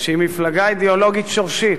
שהיא מפלגה אידיאולוגית שורשית.